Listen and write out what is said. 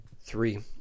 Three